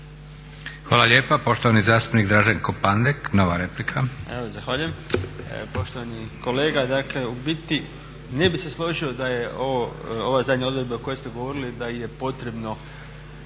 Hvala lijepa. Poštovani zastupnik Draženko Pandek nova replika